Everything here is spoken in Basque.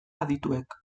adituek